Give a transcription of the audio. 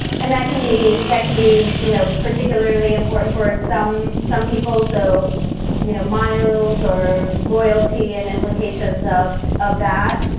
and that can be, that can be you know particularly important for ah some some people, so you know miles or loyalty and implications of of that.